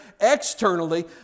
externally